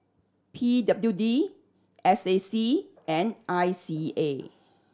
P W D S A C and I C A